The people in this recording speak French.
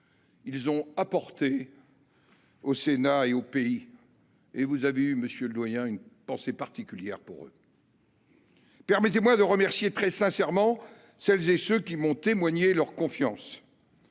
Ils ont apporté au Sénat et au pays. Monsieur le doyen, vous avez eu, vous aussi, une pensée particulière pour eux. Permettez-moi de remercier très sincèrement celles et ceux qui m’ont témoigné leur confiance.